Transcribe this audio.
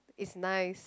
it's nice